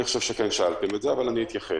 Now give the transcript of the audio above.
אני חושב שכן שאלתם את זה, אבל אני אתייחס.